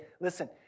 listen